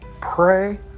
Pray